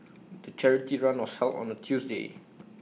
the charity run was held on A Tuesday